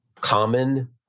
common